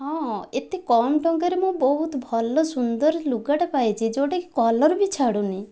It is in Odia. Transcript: ହଁ ଏତେ କମ ଟଙ୍କାରେ ମୁଁ ବହୁତ ଭଲ ସୁନ୍ଦର ଲୁଗାଟା ପାଇଛି ଯେଉଁଟାକି କଲର୍ ବି ଛାଡ଼ୁନି